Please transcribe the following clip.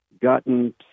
gotten